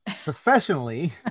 Professionally